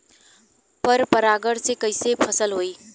पर परागण से कईसे फसल होई?